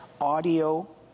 audio